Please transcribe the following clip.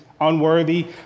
unworthy